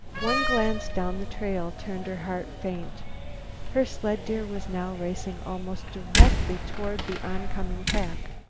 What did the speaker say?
one glance down the trail turned her heart faint her sled-deer was now racing almost directly toward the oncoming pack,